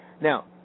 Now